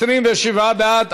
27 בעד.